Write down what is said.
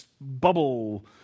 bubble